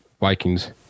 Vikings